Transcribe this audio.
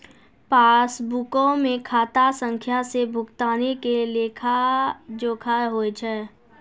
पासबुको मे खाता संख्या से भुगतानो के लेखा जोखा होय छै